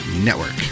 network